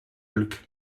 hulk